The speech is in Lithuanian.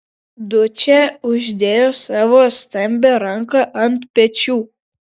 dučė uždėjo savo stambią ranką ant pečių